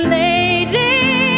lady